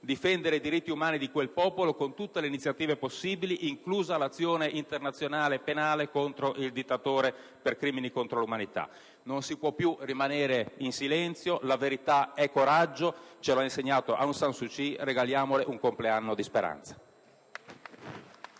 difendere i diritti umani di quel popolo con tutte le iniziative possibili, inclusa l'azione internazionale penale contro il dittatore per crimini contro l'umanità. Non si può più rimanere in silenzio. «La verità è coraggio». Ce lo ha insegnato Aung San Suu Kyi. Regaliamole un compleanno di speranza.